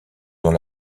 dans